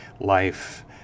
Life